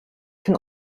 can